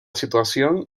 situación